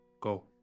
Go